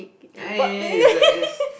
eh it's a it's